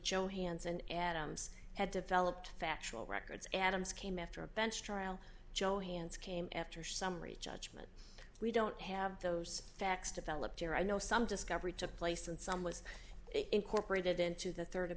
johanson adams had developed factual records adams came after a bench trial joe hans came after summary judgment we don't have those facts developed here i know some discovery took place and some was incorporated into the rd of